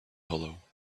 hollow